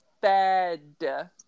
fed